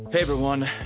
everyone.